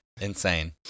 Insane